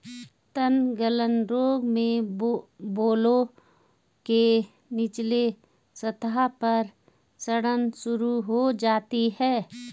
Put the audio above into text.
तनगलन रोग में बेलों के निचले सतह पर सड़न शुरू हो जाती है